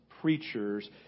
preachers